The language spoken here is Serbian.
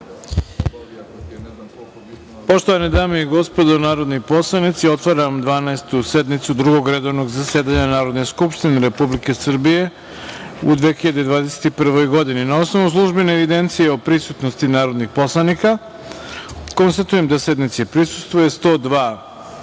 Poštovane dame i gospodo narodni poslanici, otvaram Dvanaestu sednicu Drugog redovnog zasedanja Narodne skupštine Republike Srbije u 2021. godini. Na osnovu službene evidencije o prisutnosti narodnih poslanika, konstatujem da sednici prisustvuju 102